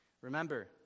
Remember